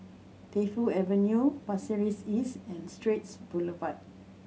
Defu Avenue Pasir Ris East and Straits Boulevard